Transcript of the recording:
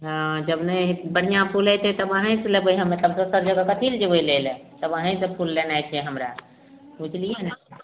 हाँ जब नहि बढ़िआँ फूल हेतय तब अहींसँ लेबय हमे तब दोसर जगह कथी लए जेबय लै लए तब अहींसँ फूल लेनाइ छै हमरा बुझलियै ने